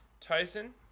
tyson